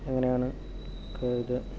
അങ്ങനെയാണ് ഇത്